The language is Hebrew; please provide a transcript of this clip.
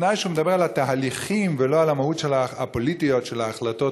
בתנאי שהוא מדבר על התהליכים ולא על המהות הפוליטית של ההחלטות,